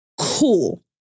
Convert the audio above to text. cool